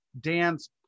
dance